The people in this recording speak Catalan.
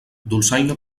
dolçaina